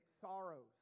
sorrows